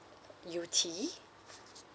err U_T